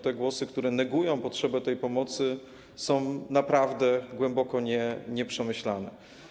Te głosy, które negują potrzebę tej pomocy, są naprawdę głęboko nieprzemyślane.